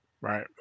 Right